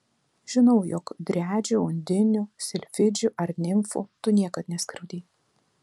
žinau jog driadžių undinių silfidžių ar nimfų tu niekad neskriaudei